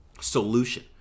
solution